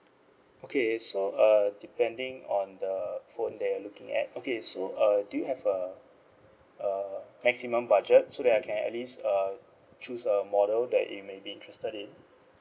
okay so uh depending on the phone that you're looking at okay so uh do you have a uh maximum budget so that I can at least uh choose a model that you may be interested in